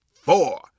four